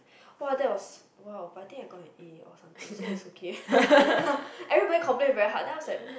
!wah! that was !wow! but I think I got an A or something so it was okay everybody complain it very hard then I was like mm